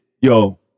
Yo